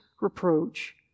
reproach